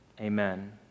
Amen